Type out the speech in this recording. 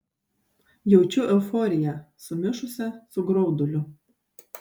jaučiu euforiją sumišusią su grauduliu